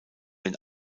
den